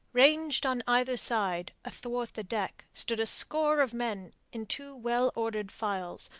ranged on either side, athwart the deck, stood a score of men in two well-ordered files,